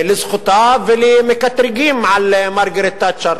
לזכותה, למקטרגים על מרגרט תאצ'ר.